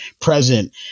present